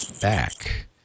back